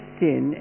sin